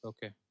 Okay